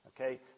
Okay